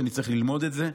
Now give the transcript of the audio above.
שאני צריך ללמוד את זה,